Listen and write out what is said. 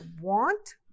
want